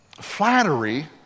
flattery